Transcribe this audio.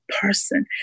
person